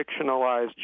fictionalized